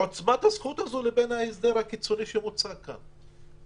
לבין ההסדר הקיצוני שמוצע כאן,